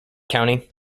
county